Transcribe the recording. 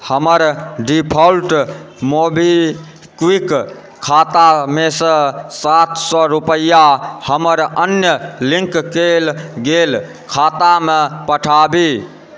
हमर default MobiKwik खातामेसँ सात सए रुपैया हमर अन्य लिङ्क कयल गेल खातामे पठाबी